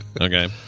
okay